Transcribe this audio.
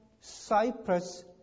Cyprus